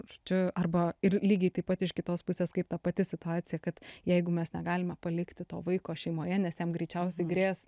čia arba ir lygiai taip pat iš kitos pusės kaip ta pati situacija kad jeigu mes negalime palikti to vaiko šeimoje nes jam greičiausiai grės